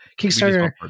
Kickstarter-